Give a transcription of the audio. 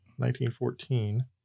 1914